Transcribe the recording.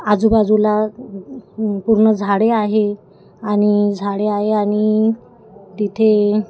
आजूबाजूला पूर्ण झाडे आहे आणि झाडे आहे आणि तिथे